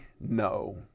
no